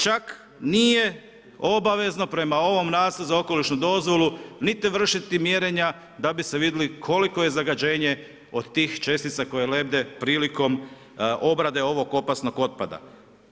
Čak nije obavezno prema ovom nacrtu za okolišnu dozvolu niti vršiti mjerenja da bi se vidjelo koliko je zagađenje od tih čestica koje lebde prilikom obrade ovog opasnog otpada.